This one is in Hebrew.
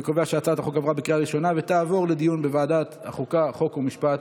אני מצרף את חברת הכנסת קטי שטרית כתומכת.